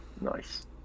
nice